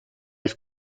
life